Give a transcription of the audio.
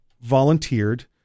volunteered